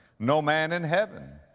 no man in heaven,